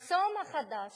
המחסום החדש